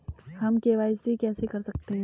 हम के.वाई.सी कैसे कर सकते हैं?